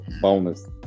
bonus